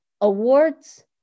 awards